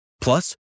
Plus